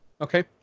Okay